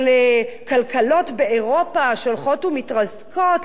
על כלכלות באירופה שהולכות ומתרסקות,